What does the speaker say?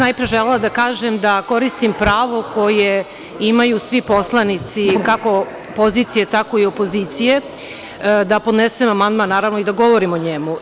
Najpre bih želela da kažem da koristim pravo koje imaju svi poslanici, kako pozicije, tako i opozicije, da podnesem amandman, naravno, i da govorim o njemu.